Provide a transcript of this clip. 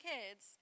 Kids